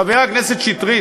חבר הכנסת שטרית,